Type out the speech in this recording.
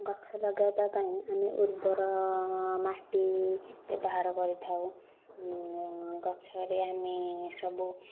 ଗଛ ଲଗାଇବା ପାଇଁ ଆମେ ଉର୍ବର ମାଟି ବ୍ୟବହାର କରିଥାଉ ଗଛରେ ଆମେ ସବୁ